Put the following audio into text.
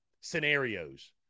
scenarios